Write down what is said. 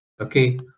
okay